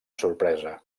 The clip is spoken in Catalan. sorpresa